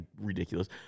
Ridiculous